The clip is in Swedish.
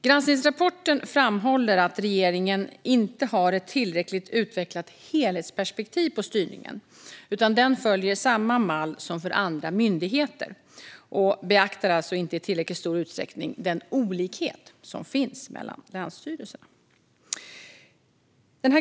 Granskningsrapporten framhåller att regeringen inte har ett tillräckligt utvecklat helhetsperspektiv på styrningen, utan den följer samma mall som för andra myndigheter och beaktar alltså inte i tillräckligt stor utsträckning den olikhet som finns mellan länsstyrelserna.